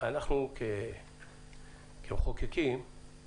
אנחנו, כמחוקקים,